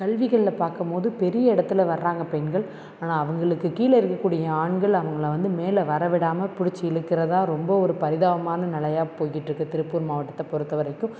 கல்விகளில் பார்க்கம்போது பெரிய இடத்துல வர்றாங்க பெண்கள் ஆனால் அவர்களுக்கு கீழே இருக்கக்கூடிய ஆண்கள் அவங்கள வந்து மேலே வர விடாமல் பிடிச்சி இழுக்குறதா ரொம்ப ஒரு பரிதாபமான நிலையா போய்கிட்டிருக்கு திருப்பூர் மாவட்டத்தை பொறுத்தவரைக்கும்